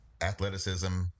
athleticism